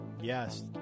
yes